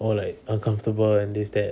or like uncomfortable and this that